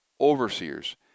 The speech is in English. overseers